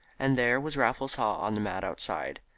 and there was raffles haw on the mat outside.